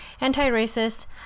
anti-racist